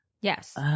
Yes